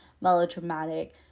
melodramatic